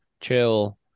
chill